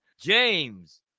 James